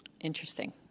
Interesting